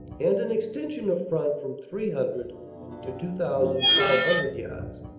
and an extension of front from three hundred to two thousand five hundred yards.